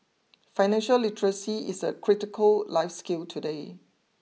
financial literacy is a critical life skill today